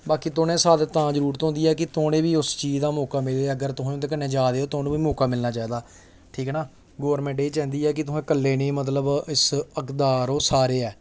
ते बाकी तुसें बी तां जरूरत होंदी ऐ कि तुसें बी उस चीज दा मौका मिले जां अगर तुस उं'दे कन्नै जा दे ओ थाह्नूं बी मौका मिलना चाहिदा ठीक ऐ ना गौरमेंट एह् चाहंदी ऐ कि तुस कल्लै निं मतलब इस हकदार हो सारे ऐ